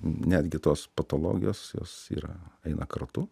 netgi tos patologijos jos yra eina kartu